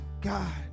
God